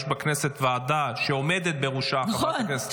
יש בכנסת ועדה, שעומדת בראשה חברת הכנסת כהן.